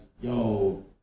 yo